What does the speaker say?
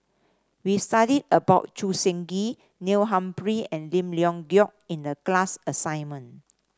we studied about Choo Seng Quee Neil Humphrey and Lim Leong Geok in the class assignment